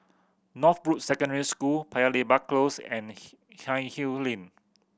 Northbrooks Secondary School Paya Lebar Close and Lane